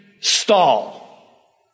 stall